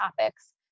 topics